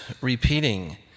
repeating